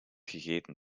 gegeten